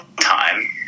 time